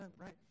Right